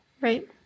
Right